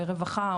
רווחה,